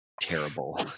terrible